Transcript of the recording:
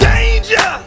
Danger